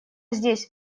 здесь